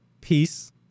peace